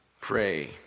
pray